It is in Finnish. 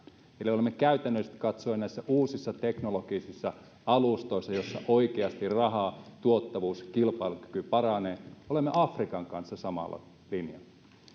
eli olemme käytännöllisesti katsoen näissä uusissa teknologisissa alustoissa joissa oikeasti raha tuottavuus ja kilpailukyky paranevat afrikan kanssa samalla linjalla